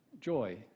joy